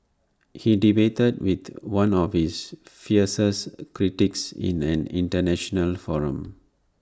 he debated with one of his fiercest critics in an International forum